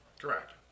Correct